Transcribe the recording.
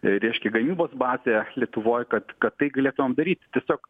reiškia gamybos bazę lietuvoj kad kad tai galėtumėm daryti tiesiog